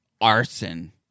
arson